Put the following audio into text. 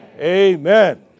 Amen